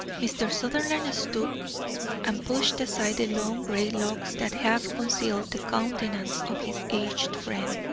mr. sutherland stooped and pushed aside the long grey locks that half concealed the countenance of his aged friend.